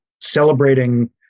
celebrating